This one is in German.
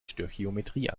stöchiometrie